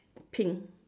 pink